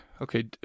Okay